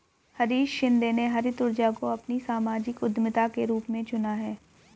हरीश शिंदे ने हरित ऊर्जा को अपनी सामाजिक उद्यमिता के रूप में चुना है